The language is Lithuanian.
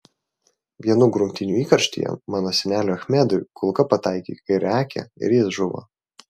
vienų grumtynių įkarštyje mano seneliui achmedui kulka pataikė į kairę akį ir jis žuvo